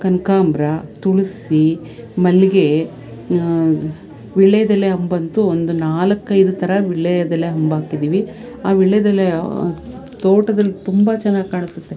ಕನಕಾಂಬ್ರ ತುಳಸಿ ಮಲ್ಲಿಗೆ ವೀಳ್ಯೆದೆಲೆ ಅಂಬಂತು ಒಂದು ನಾಲ್ಕೈದು ಥರ ವೀಳ್ಯೆದೆಲೆ ಅಂಬು ಹಾಕಿದ್ದೀವಿ ಆ ವೀಳ್ಯೆದೆಲೆಯ ತೋಟ್ದಲ್ಲಿ ತುಂಬ ಚೆನ್ನಾಗಿ ಕಾಣಿಸ್ತದೆ